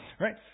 Right